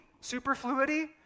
superfluity